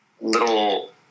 little